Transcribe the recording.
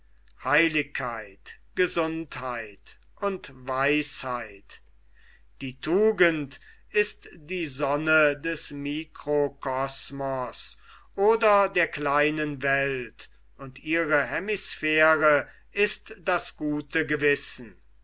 heiligkeit gesundheit und weisheit die tugend ist die sonne des mikrokosmos oder der kleinen welt und ihre hemisphäre ist das gute gewissen